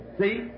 See